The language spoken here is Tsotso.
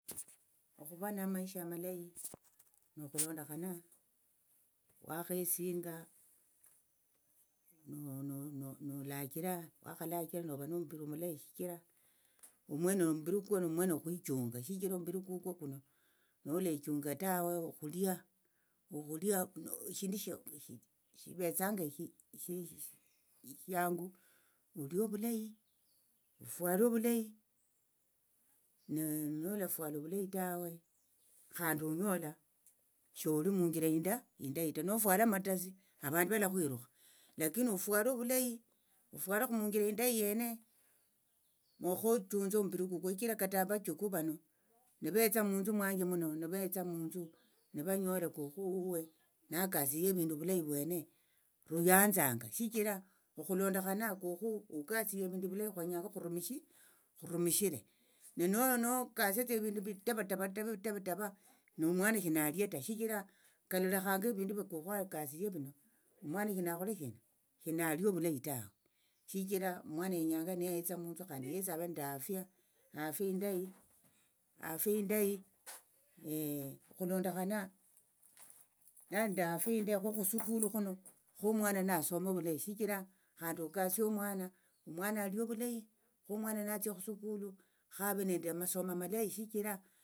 Okhuva namaisha amalayi nokhulondokhana wakhesinga nolachira wakhalachira nova nomumbiri omulayi shichira omwene omumbiri kukwo nomwene okwichunga shichira omumbiri kukwo kuno nolechunga tawe okhulia okhulia eshindu shivetsanga eshi eshiangu olie ovulayi ofuale ovulayi ne nolafuala ovulayi tawe khandi onyola sholi munjira inda indayi ta nofuala amatasi avandu valakhwirukha lakini ofwale ovulayi ofwalekhu munjira indayi yene mokhotunze omumbiri kukwo shichira kata avachukuu vano nivetsa mwanje muno nivetsa munthu nivanyola kukhu huwe nakasie evindu ovulayi vwene ruyanzanga shichira okhulondokhana kukhu hukasie evindu ovulayi kenyanga khurumishi khurumishire nenokasiatsa evindu evitava tava tava tava nomwana shinalie ta shichira kalolekhanga evindu vya akasie vino omwana shinakhole shina shinalie ovulayi tawe shichira omwana yenyanga niyetsa munthu khandi yesi ave nende afia afia indayi khulondokhana nali nende afia indayi kho khusukulu khuno khomwana nasome ovulayi shichira khandi okasie omwana omwana alie ovulayi khomwana natsia khusukulu khave nende amasomo amalayi shichira